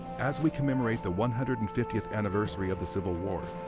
as we commemorate the one hundred and fiftieth anniversary of the civil war,